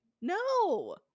No